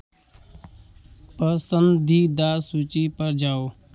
पसंदीदा सूची पर जाओ